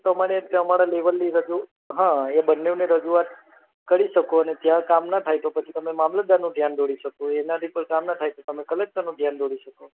તો તમને એ કહેવા માટે લેવલની રજૂ હા એ બંનેઓની રજૂઆત કરી શકો અને ત્યાં કામ ન થાય તો પછી તમે મામલતદારનું ધ્યાન દોરી શકો એનાથી પણ કામ ન થાય કલેકટરનું ધ્યાન દોરી શકો